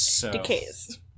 Decays